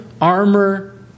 armor